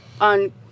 On